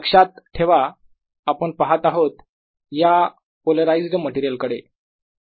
लक्षात ठेवा आपण पहात आहोत या पोलराइझ्ड मटेरियल कडे